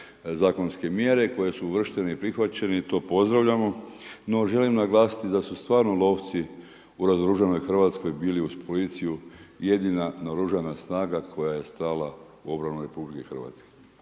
zakonske mjere koje su uvrštene i prihvaćene i to pozdravljamo. No, želim naglasiti da su stvarno lovci u razoružanoj Hrvatskoj bili uz policiju jedina naoružana snaga koja je stala u obranu Republike Hrvatske.